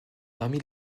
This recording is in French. parmi